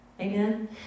Amen